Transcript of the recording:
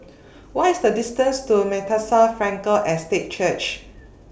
What IS The distance to Bethesda Frankel Estate Church